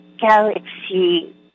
galaxy